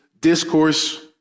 discourse